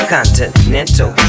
Continental